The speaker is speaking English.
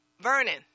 Vernon